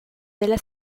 della